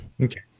Okay